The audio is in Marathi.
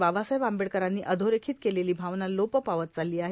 बाबासाहेब आंबेडकरांनी अधोरेखित केलेली भावना लोप पावत चालली आहे